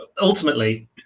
ultimately